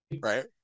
Right